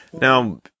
Now